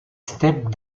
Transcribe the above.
steppes